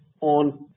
on